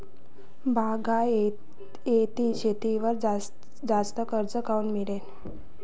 बागायती शेतीवर जास्त कर्ज काऊन मिळते?